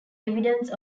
evidence